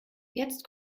jetzt